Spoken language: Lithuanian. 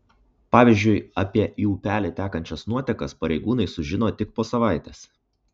pavyzdžiui apie į upelį tekančias nuotekas pareigūnai sužino tik po savaitės